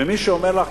ומי שאומר לך,